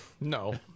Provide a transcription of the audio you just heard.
No